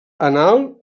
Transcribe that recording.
anal